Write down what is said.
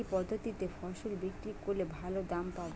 কি পদ্ধতিতে ফসল বিক্রি করলে ভালো দাম পাব?